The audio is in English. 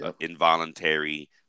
involuntary